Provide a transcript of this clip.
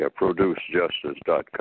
producejustice.com